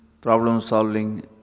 problem-solving